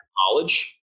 college